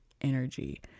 energy